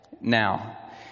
now